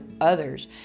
others